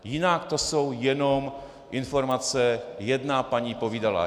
Jinak to jsou jenom informace jedna paní povídala.